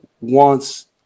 wants